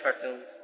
cartoons